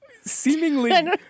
Seemingly